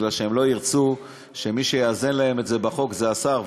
שהם לא ירצו שמי שיאזן להם את זה בחוק זה השר,